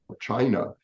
China